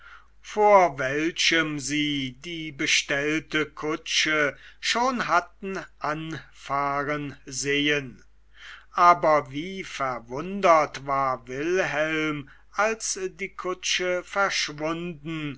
vor welchem sie die bestellte kutsche schon hatten anfahren sehen aber wie verwundert war wilhelm als die kutsche verschwunden